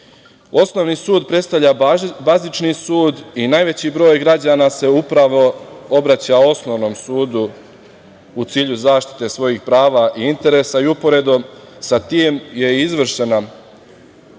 sudove. Osnovni sud predstavlja bazični sud i najveći broj građana se upravo obraća osnovnom sudu u cilju zaštite svojih prava i interesa i uporedo sa tim je izvršena